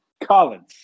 Collins